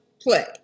play